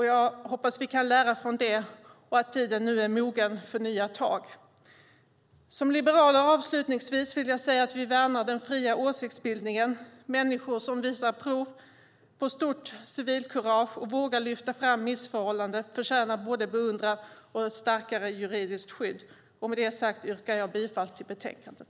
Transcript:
Jag hoppas att vi kan lära från det och att tiden nu är mogen för nya tag. Avslutningsvis vill jag säga att vi som liberaler värnar den fria åsiktsbildningen. Människor som visar prov på stort civilkurage och vågar lyfta fram missförhållanden förtjänar både beundran och ett starkare juridiskt skydd. Med det sagt yrkar jag bifall till förslaget i betänkandet.